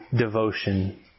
devotion